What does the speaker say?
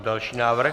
Další návrh.